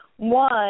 One